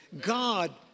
God